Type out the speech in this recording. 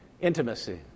intimacy